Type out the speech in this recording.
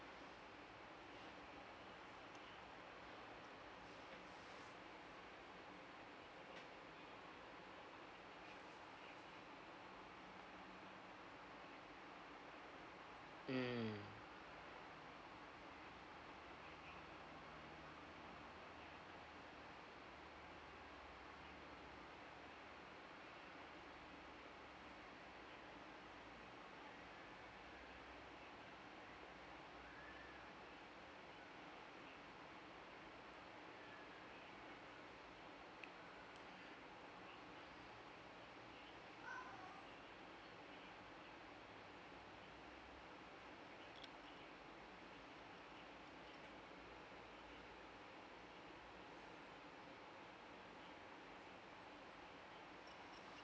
mm !oho!